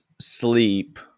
sleep